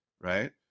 right